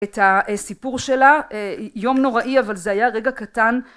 את הסיפור שלה, יום נוראי אבל זה היה רגע קטן